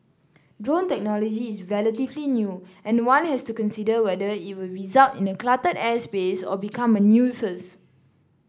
drone technology is relatively new and one has to consider whether it will result in cluttered airspace or become a nuisance